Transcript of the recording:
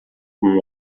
com